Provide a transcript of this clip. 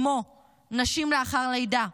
כמו נשים לאחר הלידה,